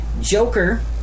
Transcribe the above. Joker